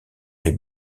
est